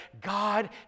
God